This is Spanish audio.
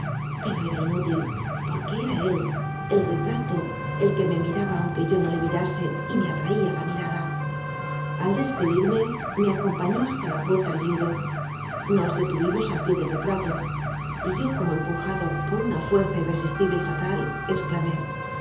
pero era inútil porque era él el retrato el que me miraba aunque yo no le mirase y me atraía la mirada al despedirme me acom pañó hasta la puerta el viudo nos detuvimos al pie del retrato y yo como empujado por una fuerza irresistible y fatal exclamé